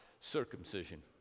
circumcision